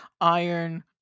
Iron